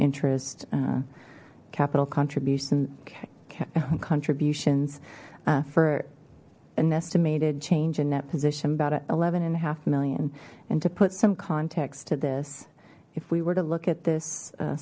interest capital contribution contributions for an estimated change in that position about an eleven and a half million and to put some context to this if we were to look at this